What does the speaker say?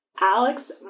Alex